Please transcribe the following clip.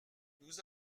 nous